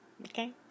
okay